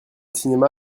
cinéma